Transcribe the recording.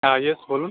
হ্যাঁ ইয়েস বলুন